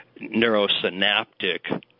neurosynaptic